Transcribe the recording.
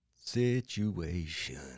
situation